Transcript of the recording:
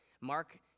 Mark